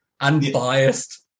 unbiased